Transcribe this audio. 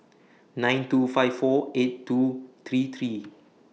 nine two five four eight two three three